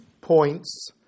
points